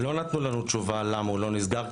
לא נתנו לנו תשובה למה הוא לא נסגר,